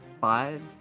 Five